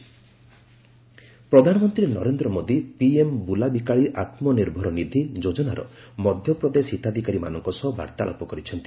PM Svanidhi scheme ପ୍ରଧାନମନ୍ତ୍ରୀ Narendra Modi PM ବୁଲାବିକାଳି ଆତ୍ମନିର୍ଭର ନିଧି ଯୋଜନାର ମଧ୍ୟପ୍ରଦେଶ ହିତାଧିକାରୀମାନଙ୍କ ସହ ବାର୍ତ୍ତାଳାପ କରିଛନ୍ତି